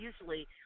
usually